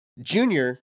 junior